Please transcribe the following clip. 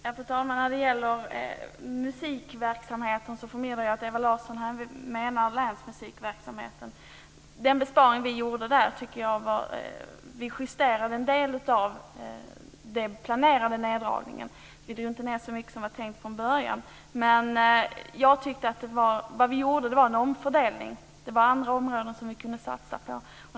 Fru talman! När det gäller musikverksamheten förmodar jag att Ewa Larsson menar länsmusikverksamheten. Vi justerade en del av den planerade neddragningen. Vi drog inte ned så mycket som var tänkt från början. Vi gjorde en omfördelning. Det fanns andra områden som vi kunde satsa på.